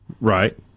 Right